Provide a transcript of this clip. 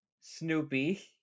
Snoopy